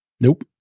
Nope